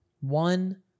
One